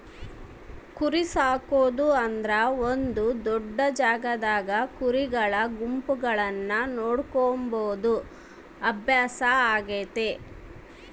ಕುರಿಸಾಕೊದು ಅಂದ್ರ ಒಂದು ದೊಡ್ಡ ಜಾಗದಾಗ ಕುರಿಗಳ ಗುಂಪುಗಳನ್ನ ನೋಡಿಕೊಂಬ ಅಭ್ಯಾಸ ಆಗೆತೆ